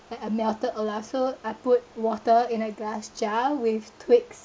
like a melted olaf so I put water in a glass jar with twigs